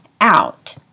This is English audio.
out